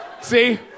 See